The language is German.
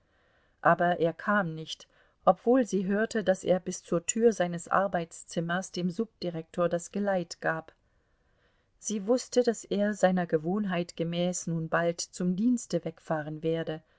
aber er kam nicht obwohl sie hörte daß er bis zur tür seines arbeitszimmers dem subdirektor das geleit gab sie wußte daß er seiner gewohnheit gemäß nun bald zum dienste wegfahren werde